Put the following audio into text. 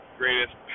greatest